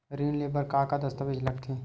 ऋण ले बर का का दस्तावेज लगथे?